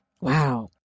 Wow